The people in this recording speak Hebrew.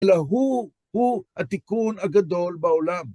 להוא הוא התקון הגדול בעולם.